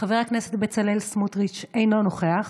חבר הכנסת בצלאל סמוטריץ' אינו נוכח,